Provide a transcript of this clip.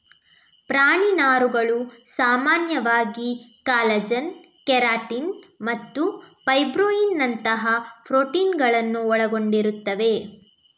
ಪ್ರಾಣಿ ನಾರುಗಳು ಸಾಮಾನ್ಯವಾಗಿ ಕಾಲಜನ್, ಕೆರಾಟಿನ್ ಮತ್ತು ಫೈಬ್ರೊಯಿನ್ನಿನಂತಹ ಪ್ರೋಟೀನುಗಳನ್ನು ಒಳಗೊಂಡಿರುತ್ತವೆ